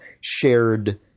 shared